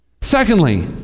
Secondly